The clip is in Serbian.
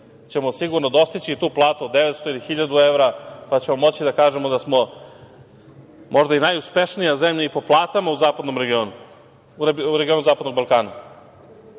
ćemo sigurno dostići tu platu od 900 ili hiljadu evra, pa ćemo moći da kažemo da smo možda i najuspešnija zemlja i po platama u regionu zapadnog Balkana.